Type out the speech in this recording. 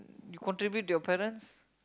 you contribute to your parents